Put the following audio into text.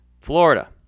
Florida